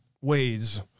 ways